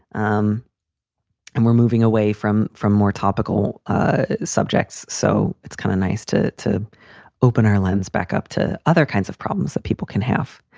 um and we're moving away from from more topical ah subjects. so it's kind of nice to to open our lens back up to other kinds of problems that people can have.